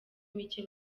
mike